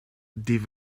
die